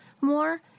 more